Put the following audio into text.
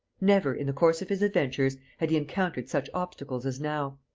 never, in the course of his adventures, had he encountered such obstacles as now.